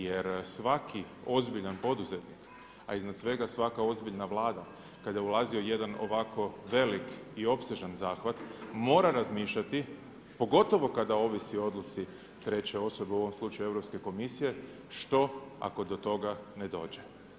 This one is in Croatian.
Jer svaki ozbiljan poduzetnik a iznad svega svaka ozbiljna Vlada kada je ulazio jedan ovako velik i opsežan zahvat mora razmišljati pogotovo kada ovisi o odluci treće osobe u ovom slučaju Europske komisije što ako do toga ne dođe.